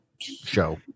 show